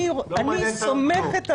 אני סומכת עליך --- לא מעניין אותנו כלום.